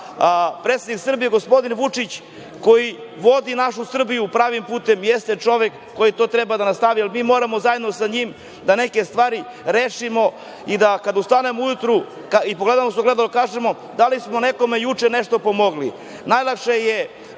predsednik Srbije, gospodin Vučić, koji vodi našu Srbiju pravim putem, jeste čovek koji to treba da nastavi, jer mi moramo zajedno sa njim neke stvari da rešimo i da, kad ustanemo ujutro i pogledamo se u ogledalo, kažemo da li smo nekome juče nešto pomogli. Najlakše je